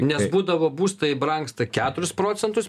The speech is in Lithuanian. nes būdavo būstai brangsta keturis procentus